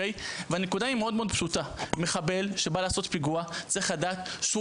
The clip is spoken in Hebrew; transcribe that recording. והנקודה היא מאוד-מאוד פשוטה: מחבל שבא לעשות פיגוע צריך לדעת שהוא